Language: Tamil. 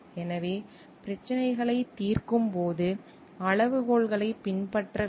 எனவே பிரச்சனைகளை தீர்க்கும் போது அளவுகோல்களை பின்பற்ற வேண்டும்